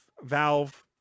Valve